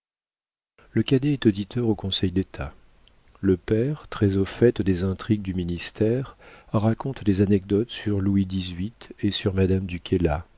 le cadet est auditeur au conseil d'état le père très au fait des intrigues du ministère raconte des anecdotes sur louis xviii et sur madame